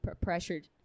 pressured